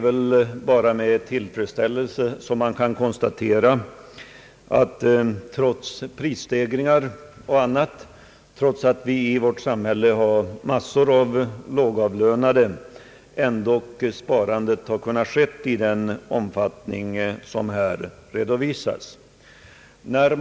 Man kan med tillfredsställelse konstatera att trots prisstegringar m.m. och trots att vi i vårt samhälle har massor av lågavlönade så har ändå sparande kunnat ske i betydande omfattning.